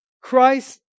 Christ